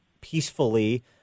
peacefully